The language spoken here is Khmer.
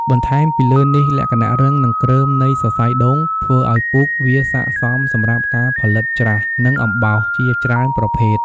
បន្ថែមពីលើនេះលក្ខណៈរឹង និងគ្រើមនៃសរសៃដូង ធ្វើឱ្យពួកវាស័ក្តិសមសម្រាប់ការផលិតច្រាស និងអំបោស ជាច្រើនប្រភេទ។